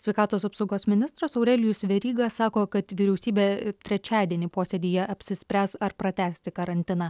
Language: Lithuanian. sveikatos apsaugos ministras aurelijus veryga sako kad vyriausybė trečiadienį posėdyje apsispręs ar pratęsti karantiną